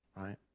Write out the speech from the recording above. right